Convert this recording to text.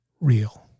real